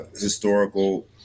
historical –